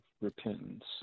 repentance